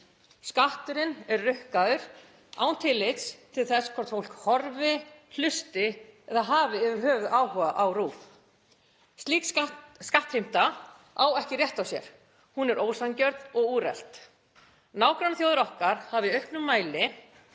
Skatturinn er rukkaður án tillits til þess hvort fólk horfi, hlusti eða hafi yfirhöfuð áhuga á RÚV. Slík skattheimta á ekki rétt á sér. Hún er ósanngjörn og úrelt. Nágrannaþjóðir okkar hafa í auknum mæli